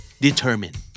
Determined